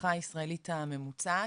המשפחה הישראלית הממוצעת,